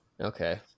Okay